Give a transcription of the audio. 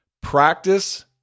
Practice